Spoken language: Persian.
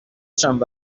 چند